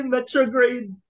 Metrograde